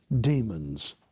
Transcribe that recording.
demons